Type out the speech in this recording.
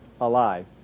alive